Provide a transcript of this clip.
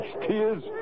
tears